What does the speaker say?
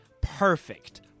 Perfect